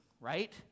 right